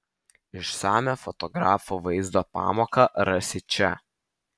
išsamią fotografo vaizdo pamoką rasi čia